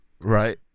Right